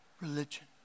religion